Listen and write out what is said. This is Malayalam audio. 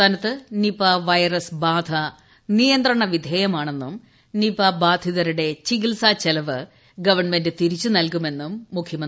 സംസ്ഥാനത്ത് നിപ വൈറസ് ബാധ നിയന്ത്രണ വിധേയമാണെന്നും നിപ്പ ബാധിതരൂടെ ചികിത്സാ ചെലവ് ഗവൺമെന്റ് തിരിച്ച് നൽകുമെന്നും മുഖ്യമന്ത്രി പിണറായി വിജയൻ